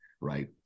right